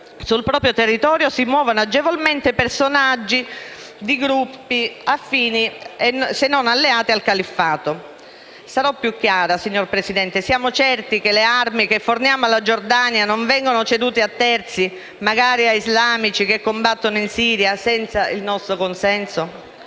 sul suo territorio si muovono agevolmente personaggi di gruppi affini se non alleati del Califfato. Sarò più chiara, signor Presidente: siamo certi che le armi che forniamo alla Giordania, non vengano cedute a terzi, magari islamisti che combattono in Siria, senza il nostro consenso?